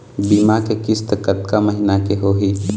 बीमा के किस्त कतका महीना के होही?